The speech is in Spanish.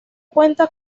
cuenta